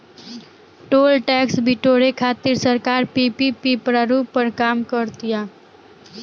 toll tax बिटोरे खातिर सरकार पीपीपी प्रारूप पर काम कर तीय